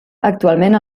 actualment